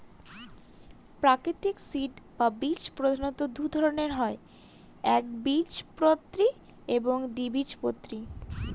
প্রাকৃতিক সিড বা বীজ প্রধানত দুই ধরনের হয় একবীজপত্রী এবং দ্বিবীজপত্রী